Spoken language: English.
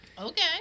Okay